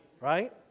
Right